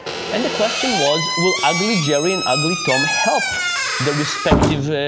and the question was, will ugly jerry and ugly tom help their respective,